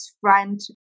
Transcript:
front